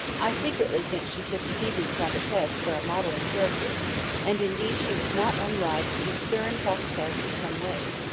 i secretly think she took the hebrew prophetess for a model in character and, indeed, she was not unlike the stern prophetess in some ways,